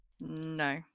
no